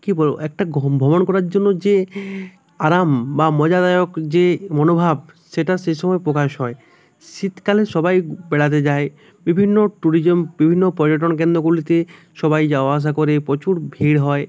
কি বলবো একটা ঘো ভ্রমণ করার জন্য যে আরাম বা মজাদায়ক যে মনোভাব সেটা সে সময় প্রকাশ হয় শীতকালে সবাই বেড়াতে যায় বিভিন্ন ট্যুরিজম বিভিন্ন পর্যটন কেন্দ্রগুলিতে সবাই যাওয়া আসা করে প্রচুর ভিড় হয়